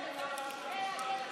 חברי הכנסת